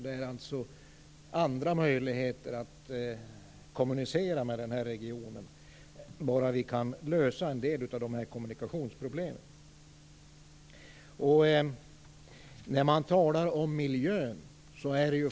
Det finns andra möjligheter att kommunicera med denna region, bara vi kan lösa en del av dessa kommunikationsproblem. Vi talar om miljön.